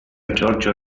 giorgio